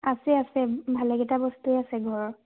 আছে আছে ভালেকেইটা বস্তুৱেইে আছে ঘৰৰ